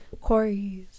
quarries